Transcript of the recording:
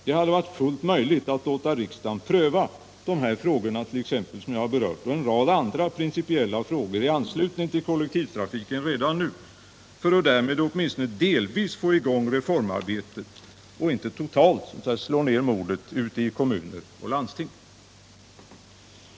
Det hade varit fullt möjligt att låta riksdagen redan nu pröva exempelvis de frågor som jag nu berört och en rad andra principiella frågor i anslutning till kollektivtrafiken för att därmed åtminstone delvis få i gång reformarbetet och inte totalt slå ned modet på folk ute i kommuner och landsting.